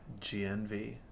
GNV